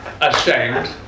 ashamed